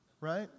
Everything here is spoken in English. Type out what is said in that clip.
Right